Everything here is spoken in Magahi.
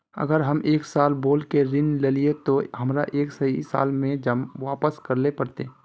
अगर हम एक साल बोल के ऋण लालिये ते हमरा एक साल में ही वापस करले पड़ते?